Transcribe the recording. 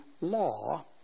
law